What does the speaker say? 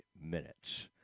minutes